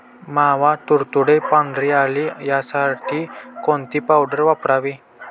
मावा, तुडतुडे, पांढरी अळी यासाठी कोणती पावडर वापरावी?